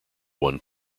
won